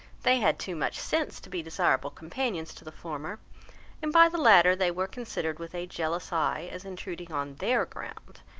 they had too much sense to be desirable companions to the former and by the latter they were considered with a jealous eye, as intruding on their ground,